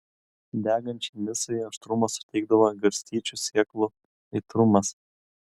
degančiai misai aštrumo suteikdavo garstyčių sėklų aitrumas